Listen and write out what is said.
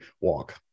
walk